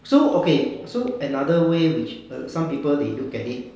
so okay so another way which uh some people they look at it